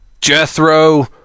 Jethro